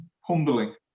humbling